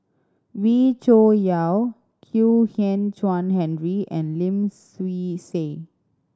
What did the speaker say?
Wee Cho Yaw Kwek Hian Chuan Henry and Lim Swee Say